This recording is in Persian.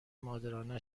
مادرانه